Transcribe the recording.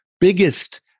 biggest